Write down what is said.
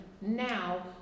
now